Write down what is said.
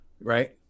right